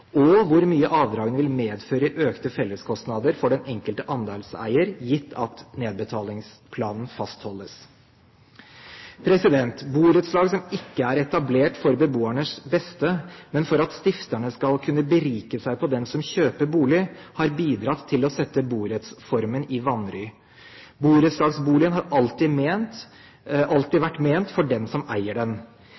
og hvor mye avdragene vil medføre i økte felleskostnader for den enkelte andelseier, gitt at nedbetalingsplanen fastholdes. Borettslag som ikke er etablert for beboernes beste, men for at stifterne skal kunne berike seg på dem som kjøper bolig, har bidratt til å sette borettsformen i vanry. Borettslagsboligen har alltid vært ment